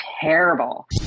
terrible